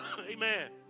Amen